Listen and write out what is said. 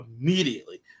immediately